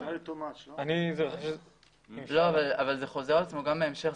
זה חוזר על עצמו גם בהמשך.